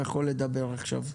יכול לדבר עכשיו.